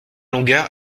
longueur